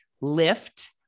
lift